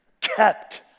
kept